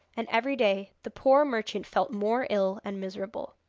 and every day the poor merchant felt more ill and miserable.